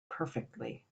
perfectly